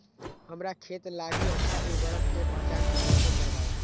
हमार खेत लागी अच्छा उर्वरक के पहचान हम कैसे करवाई?